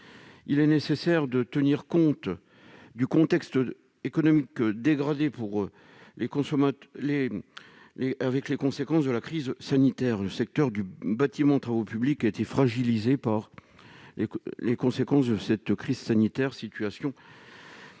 Il est nécessaire de tenir compte du contexte économique dégradé en raison de la crise sanitaire. Le secteur du bâtiment et des travaux publics a été fragilisé par les conséquences de cette crise sanitaire : situation de leur